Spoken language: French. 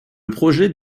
projet